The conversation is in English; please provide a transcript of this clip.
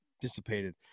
dissipated